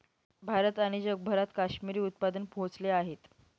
भारत आणि जगभरात काश्मिरी उत्पादन पोहोचले आहेत